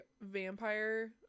vampire